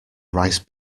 rice